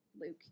Luke